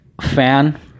fan